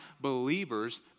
Believers